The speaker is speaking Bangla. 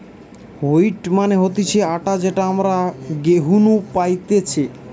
হোইট মানে হতিছে আটা যেটা আমরা গেহু নু পাইতেছে